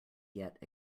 yet